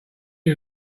you